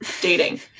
dating